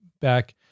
back